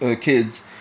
kids